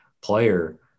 player